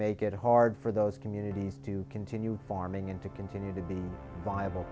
make it hard for those communities to continue farming and to continue to be viable